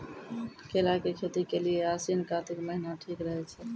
केला के खेती के लेली आसिन कातिक महीना ठीक रहै छै